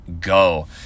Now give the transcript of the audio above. go